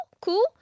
cool